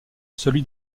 celui